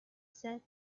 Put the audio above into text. said